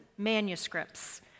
manuscripts